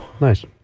Nice